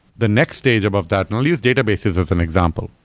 the next stage above that and i'll use databases as an example.